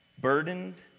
Burdened